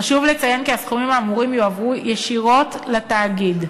חשוב לציין כי הסכומים האמורים יועברו ישירות לתאגיד,